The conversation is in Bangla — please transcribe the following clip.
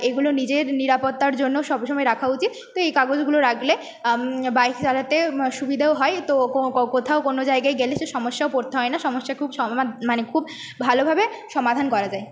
এগুলো নিজের নিরাপত্তার জন্য সব সময় রাখা উচিত তো এই কাগজগুলো রাখলে বাইক চালাতে সুবিধাও হয় তো কো ক কোথাও কোনো জায়গায় গেলে সে সমস্যাও পড়তে হয় না সমস্যা খুব সমা মা মানে খুব ভালোভাবে সমাধান করা যায়